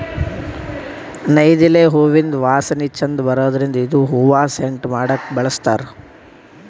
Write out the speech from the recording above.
ನೈದಿಲೆ ಹೂವಿಂದ್ ವಾಸನಿ ಛಂದ್ ಬರದ್ರಿನ್ದ್ ಇದು ಹೂವಾ ಸೆಂಟ್ ಮಾಡಕ್ಕ್ ಬಳಸ್ತಾರ್